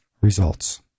Results